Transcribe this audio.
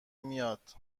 میاد